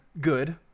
good